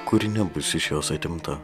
kuri nebus iš jos atimta